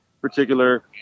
particular